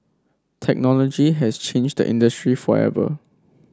technology has changed the industry forever